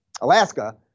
Alaska